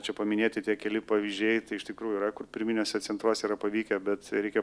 čia paminėti tie keli pavyzdžiai tai iš tikrųjų yra kur pirminiuose centruose yra pavykę bet reikia